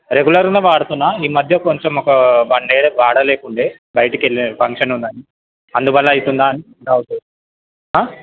రెగ్యులర్గా వాడుతున్న ఈ మధ్య కొంచెం ఒక వన్ ఇయర్ వాడలేకుండే బయటకి వెళ్ళే ఫంక్షన్ ఉంది అని అందువల్ల అవుతుందా అని డౌట్